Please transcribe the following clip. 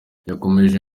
yakomeje